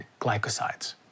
glycosides